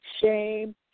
Shame